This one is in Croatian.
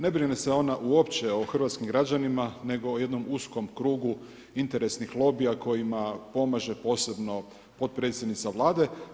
Ne brine se ona uopće o hrvatskim građanima, nego o jednom uskom krugu interesnih lobija kojima pomaže posebno potpredsjednica Vlade.